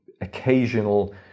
occasional